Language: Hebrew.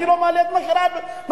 אני לא מעלה את מחירי החשמל.